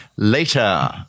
later